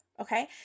okay